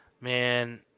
Man